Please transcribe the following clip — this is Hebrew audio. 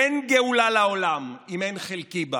אין גאולה לעולם אם אין חלקי בה".